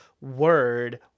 word